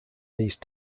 these